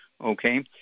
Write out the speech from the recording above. Okay